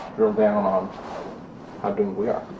drill down on how doomed we are